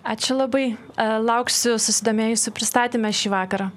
ačiū labai lauksiu susidomėjusių pristatyme šį vakarą